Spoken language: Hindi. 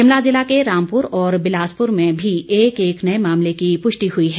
शिमला जिला के रामपुर और बिलासपुर में भी एक एक नए मामले की पुष्टि हुई है